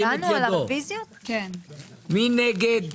מי נגד?